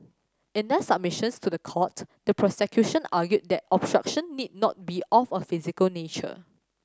in their submissions to the court the prosecution argued that obstruction need not be of a physical nature